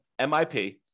MIP